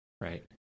Right